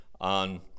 on